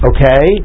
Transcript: Okay